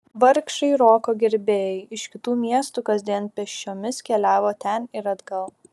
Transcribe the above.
vargšai roko gerbėjai iš kitų miestų kasdien pėsčiomis keliavo ten ir atgal